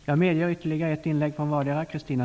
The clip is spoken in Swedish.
Jag medger ytterligare ett inlägg från vardera.